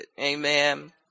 Amen